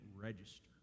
register